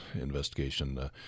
investigation